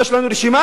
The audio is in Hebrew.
ויש לנו רשימה,